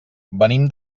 venim